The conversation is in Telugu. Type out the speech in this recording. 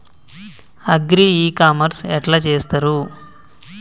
అగ్రి ఇ కామర్స్ ఎట్ల చేస్తరు?